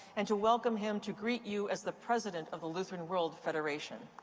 and to welcome him to greet you as the president of the lutheran world federation.